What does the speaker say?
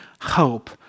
hope